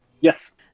Yes